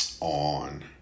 on